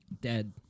dead